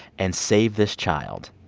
and save this child.